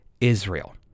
Israel